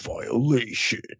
violation